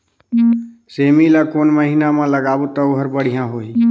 सेमी ला कोन महीना मा लगाबो ता ओहार बढ़िया होही?